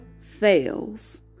fails